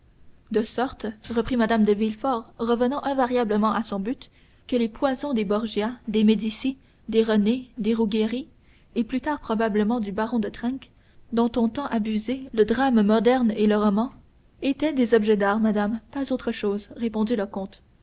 de sorte reprit mme de villefort revenant invariablement à son but que les poisons des borgia des médicis des rené des ruggieri et plus tard probablement du baron de trenk dont ont tant abusé le drame moderne et le roman étaient des objets d'art madame pas autre chose répondit le comte